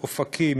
אופקים,